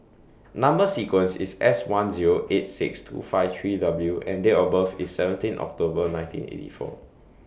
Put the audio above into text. Number sequence IS S one Zero eight six two five three W and Date of birth IS seventeen October nineteen eighty four